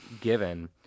given